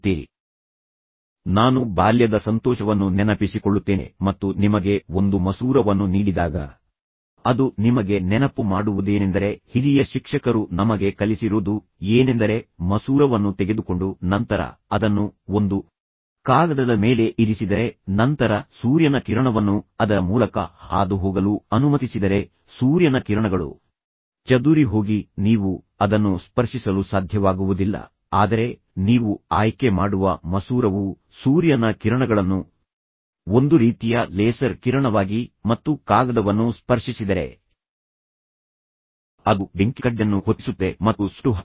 ನಾನು ಬಾಲ್ಯದ ಪ್ರಯೋಗ ಅಥವಾ ಬಾಲ್ಯದ ಸಂತೋಷವನ್ನು ನೆನಪಿಸಿಕೊಳ್ಳುತ್ತೇನೆ ಮತ್ತು ನಿಮಗೆ ಒಂದು ಮಸೂರವನ್ನು ನೀಡಿದಾಗ ಅದು ನಿಮಗೆ ನೆನಪು ಮಾಡುವುದೇನೆಂದರೆ ಹಿರಿಯ ಶಿಕ್ಷಕರು ನಮಗೆ ಕಲಿಸಿರೋದು ಏನೆಂದರೆ ಮಸೂರವನ್ನು ತೆಗೆದುಕೊಂಡು ನಂತರ ಅದನ್ನು ಒಂದು ಕಾಗದದ ಮೇಲೆ ಇರಿಸಿದರೆ ನಂತರ ಸೂರ್ಯನ ಕಿರಣವನ್ನು ಅದರ ಮೂಲಕ ಹಾದುಹೋಗಲು ಅನುಮತಿಸಿದರೆ ಸೂರ್ಯನ ಕಿರಣಗಳು ಚದುರಿ ಹೋಗಿ ನೀವು ಅದನ್ನು ಸ್ಪರ್ಶಿಸಲು ಸಾಧ್ಯವಾಗುವುದಿಲ್ಲ ಆದರೆ ನೀವು ಆಯ್ಕೆ ಮಾಡುವ ಮಸೂರವು ಸೂರ್ಯನ ಕಿರಣಗಳನ್ನು ಒಂದು ರೀತಿಯ ಲೇಸರ್ ಕಿರಣವಾಗಿ ಮತ್ತು ಕಾಗದವನ್ನು ಸ್ಪರ್ಶಿಸಿಸಿದರೆ ಅದು ಬೆಂಕಿ ಕಡ್ಡಿಯನ್ನು ಹೊತ್ತಿಸುತ್ತದೆ ಮತ್ತು ಸುಟ್ಟುಹಾಕಬಹುದು